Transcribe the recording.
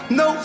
no